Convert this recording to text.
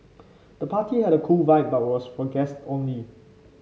the party had a cool vibe but was for guests only